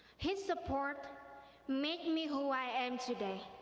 his support make me who i am today,